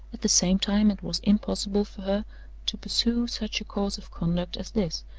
at the same time it was impossible for her to pursue such a course of conduct as this,